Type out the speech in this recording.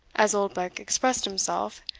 as oldbuck expressed himself,